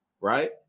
right